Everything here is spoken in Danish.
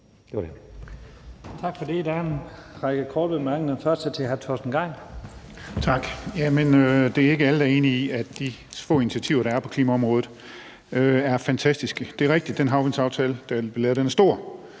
Det var det.